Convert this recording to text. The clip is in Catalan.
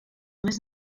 més